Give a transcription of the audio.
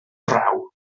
draw